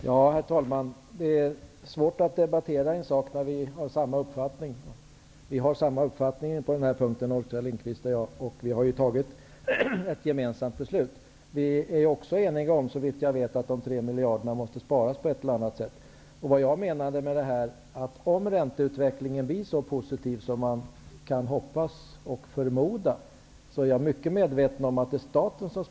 Herr talman! Det är svårt att debattera när vi har samma uppfattning. Vi har samma uppfattning på den här punkten, Oskar Lindkvist och jag. Vi har ju fattat ett gemensamt beslut. Såvitt jag vet är vi också eniga om att de 3 miljarderna måste sparas på ett eller annat sätt. Jag är mycket medveten om att staten sparar pengar om ränteutvecklingen blir så positiv som man kan hoppas och förmoda. Det är ju det som det handlar om.